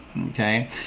okay